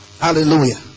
Hallelujah